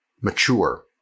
mature